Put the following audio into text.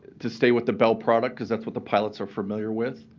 to stay with the bell product, because that's what the pilots are familiar with,